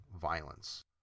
violence